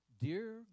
Dear